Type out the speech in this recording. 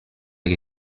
che